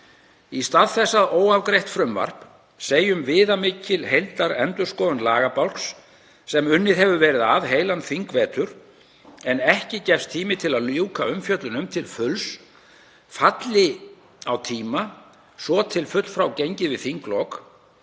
Í stað þess að óafgreitt frumvarp, segjum viðamikil heildarendurskoðun lagabálks, sem unnið hefur verið að heilan þingvetur en ekki gefist tími til að ljúka umfjöllun um til fulls falli á tíma svo til fullfrágengið við þinglok